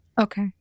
Okay